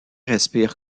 respire